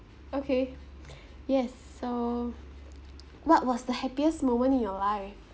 okay yes so what was the happiest moment in your life